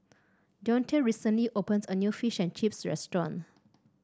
Deonte recently opened a new Fish and Chips restaurant